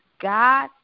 God